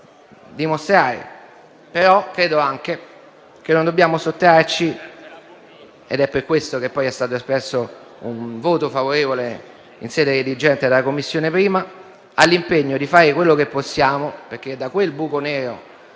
dimostrare; credo anche però che non dobbiamo sottrarci - ed è per questo che poi è stato espresso un voto favorevole in sede redigente dalla 1a Commissione - all'impegno di fare quello che possiamo, perché da quell'angoscioso